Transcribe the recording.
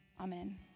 Amen